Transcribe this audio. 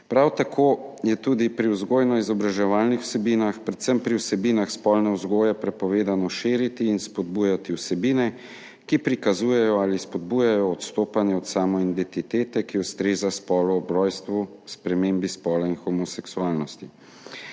Prav tako je tudi pri vzgojno-izobraževalnih vsebinah, predvsem pri vsebinah spolne vzgoje, prepovedano širiti in spodbujati vsebine, ki prikazujejo ali spodbujajo odstopanje od samoidentitete, ki ustreza spolu ob rojstvu, spremembo spola in homoseksualnost.